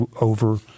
over